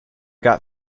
got